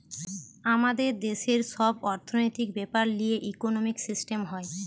আমাদের দেশের সব অর্থনৈতিক বেপার লিয়ে ইকোনোমিক সিস্টেম হয়